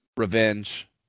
revenge